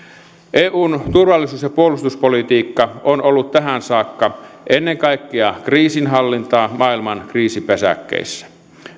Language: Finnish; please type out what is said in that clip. eun turvallisuus ja puolustuspolitiikka on ollut tähän saakka ennen kaikkea kriisinhallintaa maailman kriisipesäkkeissä